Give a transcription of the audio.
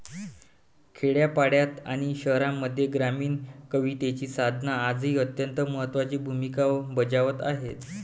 खेड्यापाड्यांत आणि शहरांमध्ये ग्रामीण कवितेची साधना आजही अत्यंत महत्त्वाची भूमिका बजावत आहे